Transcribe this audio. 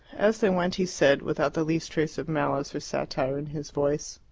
as they went he said, without the least trace of malice or satire in his voice,